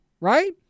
right